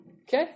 Okay